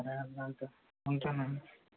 సరే అన్నా ఐతే ఉంటాను